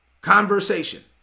conversation